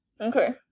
Okay